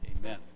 amen